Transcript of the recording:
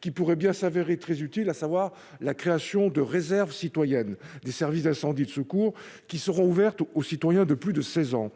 qui pourrait bien se révéler très utile, à travers la création de réserves citoyennes des services d'incendie et de secours, ouvertes aux citoyens de plus de seize ans.